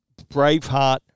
Braveheart